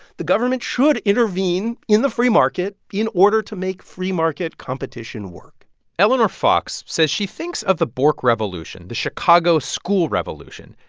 the government should intervene in the free market in order to make free market competition work eleanor fox says she thinks of the bork revolution, the chicago school revolution,